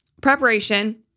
Preparation